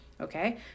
okay